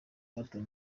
gato